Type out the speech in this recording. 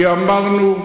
כי אמרנו,